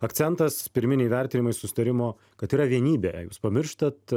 akcentas pirminiai vertinimai susitarimo kad yra vienybė jūs pamirštat